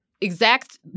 exact